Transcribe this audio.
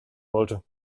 wollte